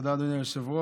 תודה, אדוני היושב-ראש.